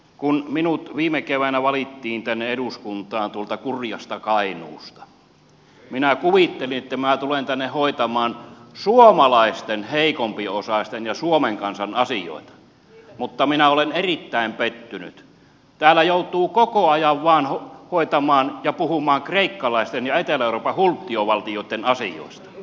kun minut viime keväänä valittiin tänne eduskuntaan tuolta kurjasta kainuusta minä kuvittelin että minä tulen tänne hoitamaan suomalaisten heikompiosaisten ja suomen kansan asioita mutta minä olen erittäin pettynyt siihen että täällä joutuu koko ajan vaan hoitamaan ja puhumaan kreikkalaisten ja etelä euroopan hulttiovaltioitten asioista